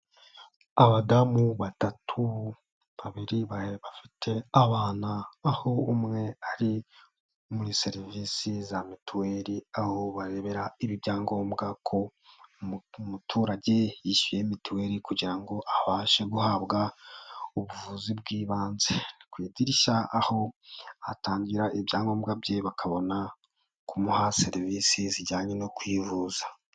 Abadamu batatu, babiri bafite abana aho umwe ari muri serivisi za Mituweli aho barebera ibyangombwa ko umuturage yishyuye Mituweli kugira ngo abashe guhabwa ubuvuzi bw'ibanze, ni ku idirishya aho atangira ibyangombwa bye bakabona kumuha serivisi zijyanye no kwivuza.